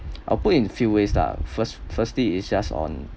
I'l put in few ways lah first firstly is just on